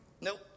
nope